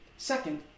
Second